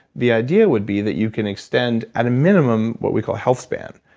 the idea would be that you can extend at a minimum what we call health span,